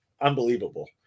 Unbelievable